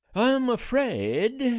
i'm afraid,